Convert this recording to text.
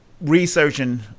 researching